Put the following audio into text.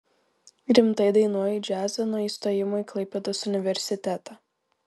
rimtai dainuoju džiazą nuo įstojimo į klaipėdos universitetą